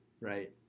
right